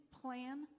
plan